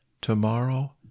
tomorrow